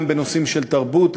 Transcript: גם בנושאים של תרבות,